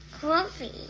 Coffee